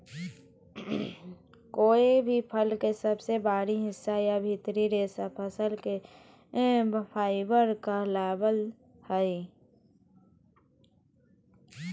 कोय भी फल के सबसे बाहरी हिस्सा या भीतरी रेशा फसल के फाइबर कहलावय हय